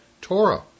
Torah